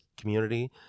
community